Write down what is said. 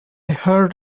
heard